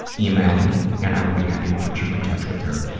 yeah e-mail me and i would be happy to put you in touch with her.